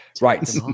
Right